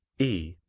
e.